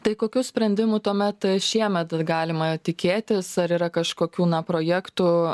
tai kokių sprendimų tuomet šiemet galima tikėtis ar yra kažkokių na projektų